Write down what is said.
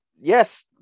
yes